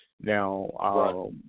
Now